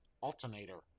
Alternator